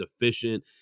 efficient